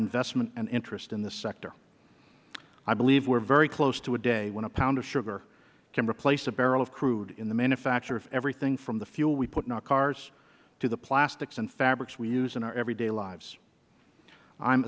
investment and interest in this sector i believe we are very close to a day when a pound of sugar can replace a barrel of crude in the manufacture of everything from the fuel we put in our cars to the plastics and fabrics we use in our everyday lives i